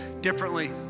differently